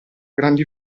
grandi